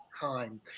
time